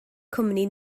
cwmni